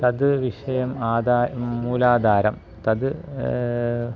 तत् विषयम् आधारः मूलाधारं तत्